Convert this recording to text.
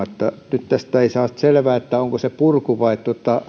nyt tästä ei saa selvää onko se purku vai